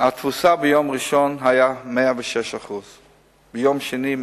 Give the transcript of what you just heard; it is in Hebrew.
התפוסה ביום ראשון היתה 106%; ביום שני,